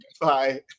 Bye